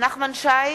נחמן שי,